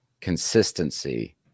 consistency